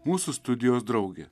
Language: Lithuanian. mūsų studijos draugė